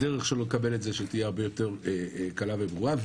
שהדרך שלו לקבל את זה תהיה הרבה יותר קלה וברורה.